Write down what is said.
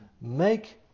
Make